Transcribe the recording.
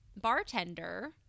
bartender